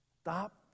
Stop